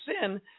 sin